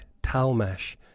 talmash